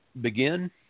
Begin